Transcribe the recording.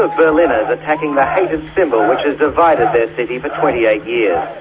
ah berliners attacking the hated symbol which has divided their city for twenty eight yeah